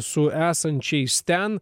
su esančiais ten